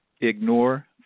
Ignore